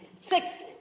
Six